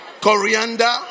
Coriander